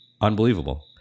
unbelievable